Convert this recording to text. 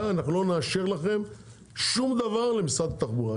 אנחנו לא נאשר שום דבר למשרד התחבורה.